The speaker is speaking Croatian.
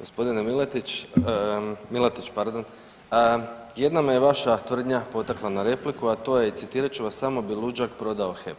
Gospodine Milatić, jedna me vaša tvrdnja potakla na repliku, a to je citirat ću vas „Samo bi luđak prodao HEP“